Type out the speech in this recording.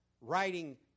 writing